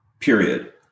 period